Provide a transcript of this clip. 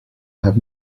have